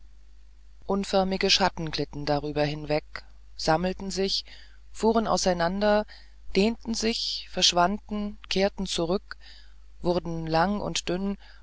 unförmige schatten glitten darüber hinweg sammelten sich fuhren auseinander dehnten sich verschwanden kehrten zurück wurden lang und dünn